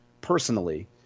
personally